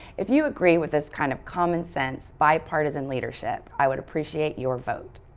if you agree with this kind of common sense bipartisan leadership, i would appreciate your vote.